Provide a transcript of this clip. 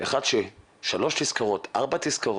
אחד ששלוש, ארבע תזכורות,